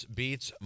beats